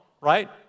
right